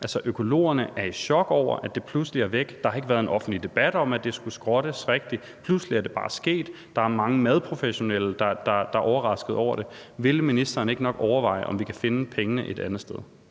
Altså, økologerne er i chok over, at det pludselig er væk. Der har ikke rigtig været en offentlig debat om, at det skulle skrottes. Pludselig er det bare sket. Der er mange madprofessionelle, der er overraskede over det. Vil ministeren ikke nok overveje, om vi kan finde pengene et andet sted?